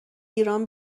ایران